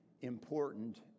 important